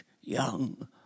young